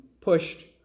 pushed